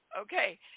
Okay